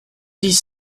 dix